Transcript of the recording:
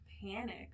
panic